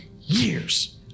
years